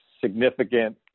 significant